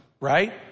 right